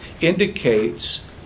indicates